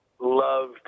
loved